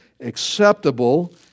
acceptable